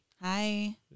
Hi